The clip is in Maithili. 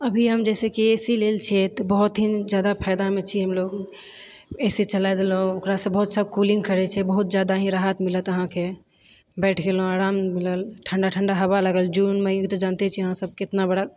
अभी हम जैसेकी ए सी लेल छिऐ तऽ बहुत ही जादा फायदामे छी हमलोग ए सी चलाए देलहुँ ओकरासँ बहुत कूलिङ्ग करै छै बहुत जादा ही राहत मिलत अहाँके बैठ गेलहुँ आराम मिलल ठण्डा ठण्डा हवा लागल जून मई तऽ जनते छिऐ अहाँसब केतना बड़ा